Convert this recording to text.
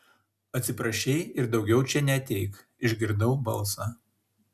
atsiprašei ir daugiau čia neateik išgirdau balsą